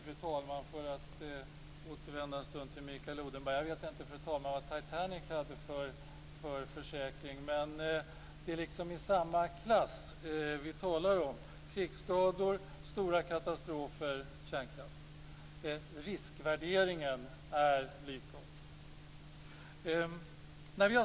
För att vända mig till Mikael Odenberg: Jag vet inte vad Titanic hade för försäkring, men det är olyckor i samma klass som vi talar om - krigsskador, stora katastrofer och kärnkraft. Riskvärderingen är likartad.